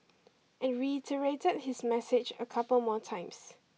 and reiterated his message a couple more times